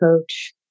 coach